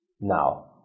now